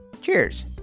Cheers